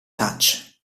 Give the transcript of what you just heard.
touch